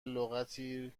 لغتی